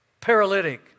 paralytic